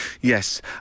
Yes